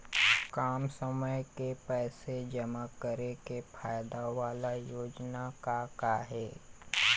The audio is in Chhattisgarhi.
कम समय के पैसे जमा करे के फायदा वाला योजना का का हे?